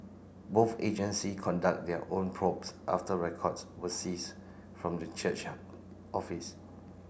both agency conduct their own probes after records were seized from the church office